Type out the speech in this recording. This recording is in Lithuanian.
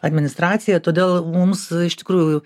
administracija todėl mums iš tikrųjų